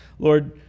Lord